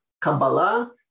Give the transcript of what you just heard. Kabbalah